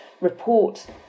report